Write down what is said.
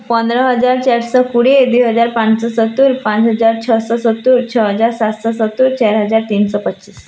ପନ୍ଦର ହଜାର ଚାରିଶହ କୋଡ଼ିଏ ଦୁଇ ହଜାର ପାଞ୍ଚଶହ ସତୁରି ପାଞ୍ଚ ହଜାର ଛଅଶହ ସତୁରି ଛଅ ହଜାର ସାତଶହ ସତୁରି ଚାରିହଜାର ତିନିଶହ ପଚିଶ